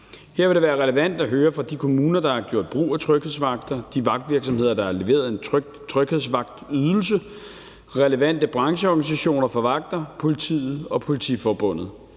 Her vil det være relevant at høre fra de kommuner, der har gjort brug af tryghedsvagter, de vagtvirksomheder, der har leveret en tryghedsvagtydelse, relevante brancheorganisationer for vagter, politiet og Politiforbundet.